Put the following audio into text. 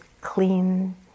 clean